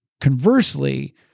conversely